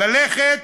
ללכת